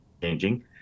changing